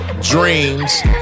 Dreams